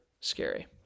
scary